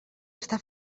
està